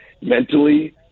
mentally